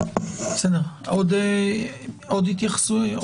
עוד התייחסויות?